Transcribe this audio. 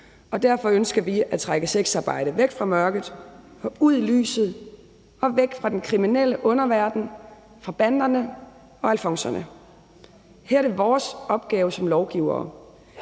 og derfor ønsker vi at trække sexarbejdet væk fra mørket og ud i lyset og væk fra den kriminelle underverden, fra banderne og alfonserne. Her er det vores opgave som lovgivere